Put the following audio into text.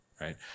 right